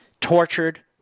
Tortured